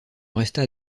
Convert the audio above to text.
resta